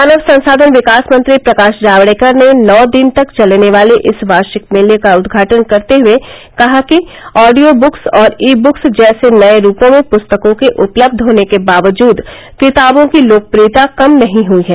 मानव संसाधन विकास मंत्री प्रकाश जावड़ेकर ने नौ दिन तक चलने वाले इस वार्षिक मेले का उदघाटन करते हुए कहा कि ऑडियो बुक्स और ई बुक्स जैसे नये रूपों में पुस्तकों के उपलब्ध होने के बावजूद किताबों की लोकप्रियता कम नहीं हुई है